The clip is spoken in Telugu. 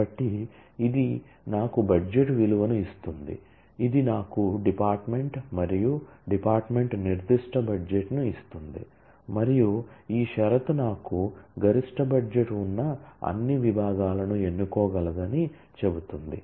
కాబట్టి ఇది నాకు బడ్జెట్ విలువను ఇస్తుంది ఇది నాకు డిపార్ట్మెంట్ మరియు డిపార్ట్మెంట్ నిర్దిష్ట బడ్జెట్ను ఇస్తుంది మరియు ఈ షరతు నాకు గరిష్ట బడ్జెట్ ఉన్న అన్ని విభాగాలను ఎన్నుకోగలదని చెబుతుంది